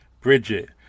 Bridget